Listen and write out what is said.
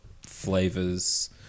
flavors